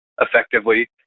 effectively